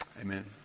Amen